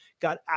got